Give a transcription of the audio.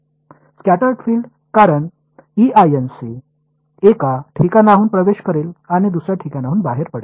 scatter field कारण एका ठिकाणाहून प्रवेश करेल आणि दुसर्या ठिकाणाहून बाहेर पडेल